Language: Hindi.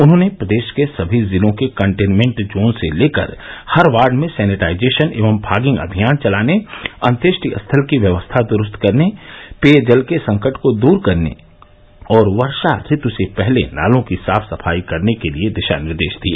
उन्होंने प्रदेश के सभी जिलों के कटेनमेंट जोन से लेकर हर वार्ड में सैनिटाइजेशन एवं फॉगिंग अभियान चलाने अंत्येष्टि स्थल की व्यवस्था दुरुस्त करने पेय जल के संकट को दूर करने और वर्षा ऋत् से पहले नालों की साफ सफाई के लिए दिशा निर्देश दिए